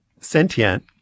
sentient